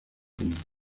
común